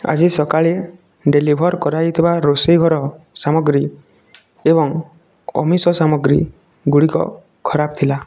ଆଜି ସକାଳେ ଡ଼େଲିଭର୍ କରାହୋଇଥିବା ରୋଷେଇ ଘର ସାମଗ୍ରୀ ଏବଂ ଆମିଷ ସାମଗ୍ରୀଗୁଡ଼ିକ ଖରାପ ଥିଲା